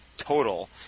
total